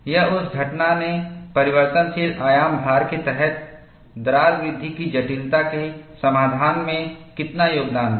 या उस घटना ने परिवर्तनशील आयाम भार के तहत दरार वृद्धि की जटिलता के समाधान में कितना योगदान दिया